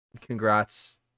congrats